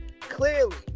clearly